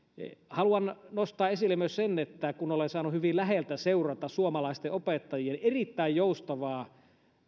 haluan nostaa esille myös sen että kun olen saanut hyvin läheltä seurata suomalaisten opettajien erittäin joustavaa